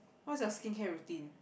what's your skincare routine